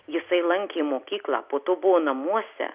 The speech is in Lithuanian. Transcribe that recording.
jisai lankė mokyklą po to buvo namuose